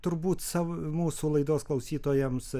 turbūt savo mūsų laidos klausytojams